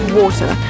water